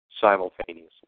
simultaneously